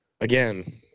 again